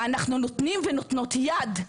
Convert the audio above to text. אנחנו נותנים ונותנות יד לכך,